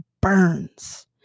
burns